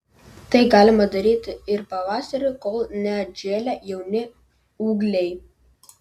tai galima daryti ir pavasarį kol neatžėlę jauni ūgliai